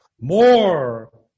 more